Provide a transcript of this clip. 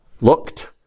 looked